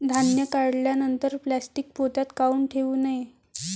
धान्य काढल्यानंतर प्लॅस्टीक पोत्यात काऊन ठेवू नये?